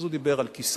אז הוא דיבר על כיסאות,